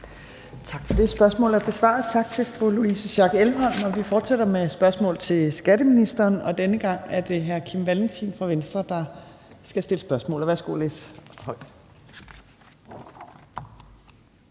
Tak for det. Spørgsmålet er besvaret. Tak til fru Louise Schack Elholm. Og vi fortsætter med spørgsmål til skatteministeren, og denne gang er det hr. Kim Valentin fra Venstre, der skal stille spørgsmål. Kl.